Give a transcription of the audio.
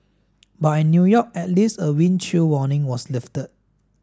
but in New York at least a wind chill warning was lifted